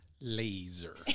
laser